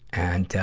and, ah,